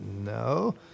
no